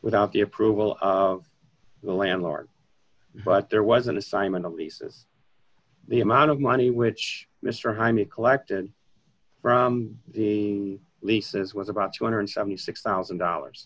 without the approval of the landlord but there was an assignment elisa's the amount of money which mr jaime collected from leases was about two hundred and seventy six thousand dollars